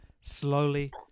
slowly